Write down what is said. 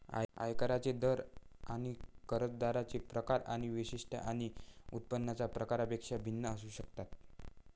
आयकरांचे दर करदात्यांचे प्रकार किंवा वैशिष्ट्ये आणि उत्पन्नाच्या प्रकारापेक्षा भिन्न असू शकतात